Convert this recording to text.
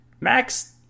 Max